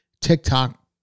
TikTok